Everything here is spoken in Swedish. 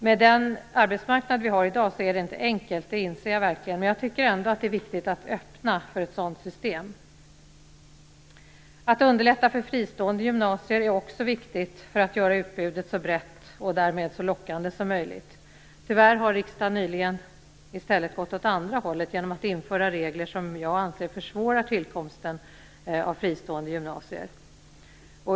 Med den arbetsmarknad vi har i dag är det inte enkelt, det inser jag verkligen, men jag tycker ändå att det är viktigt att öppna för ett sådant system. Att underlätta för fristående gymnasier är också viktigt för att göra utbudet så brett och därmed så lockande som möjligt. Tyvärr har riksdagen nyligen i stället gått åt andra hållet genom att införa regler som jag anser försvårar tillkomsten av fristående gymnasier.